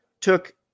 took